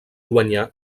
guanyar